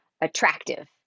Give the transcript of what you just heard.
attractive